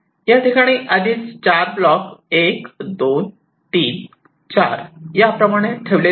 ह्याठिकाणी आधीच 4 ब्लॉक 1234 याप्रमाणे ठेवलेले आहे